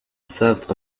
served